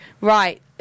right